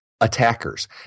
attackers